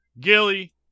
Gilly